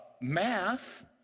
math